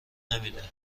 نمیده